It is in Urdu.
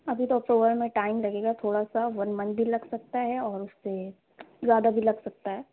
ابھی تو اپروول میں ٹائم لگے گا تھوڑا سا ون منتھ بھی لگ سکتا ہے اور اُس سے زیادہ بھی لگ سکتا ہے